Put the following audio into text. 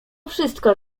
wszystko